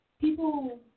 people